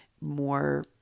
more